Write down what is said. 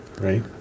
right